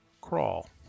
crawl